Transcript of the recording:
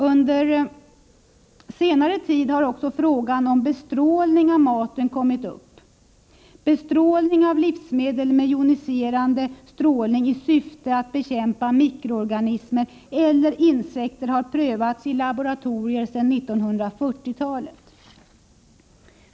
Under senare tid har också frågan om bestrålning av maten kommit upp. Behandling av livsmedel med joniserande strålning i syfte att bekämpa mikroorganismer eller insekter har prövats i laboratorier sedan 1940-talet.